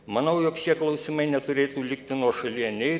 manau jog šie klausimai neturėtų likti nuošalyje nei